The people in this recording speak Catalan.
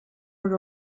per